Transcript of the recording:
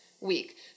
week